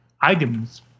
items